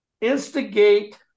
instigate